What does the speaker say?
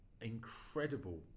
incredible